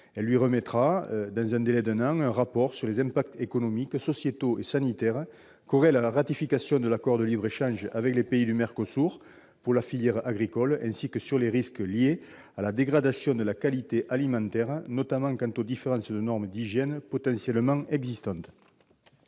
lui remettra, dans un délai d'un an, un rapport sur les effets économiques, sociétaux et sanitaires qu'aurait la ratification de l'accord de libre-échange avec les pays du MERCOSUR pour la filière agricole, ainsi que sur les risques liés à la dégradation de la qualité alimentaire, notamment en raison des différences de normes d'hygiène potentiellement existantes.